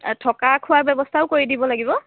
থকা খোৱাৰ ব্যৱস্থাও কৰি দিব লাগিব